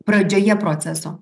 pradžioje proceso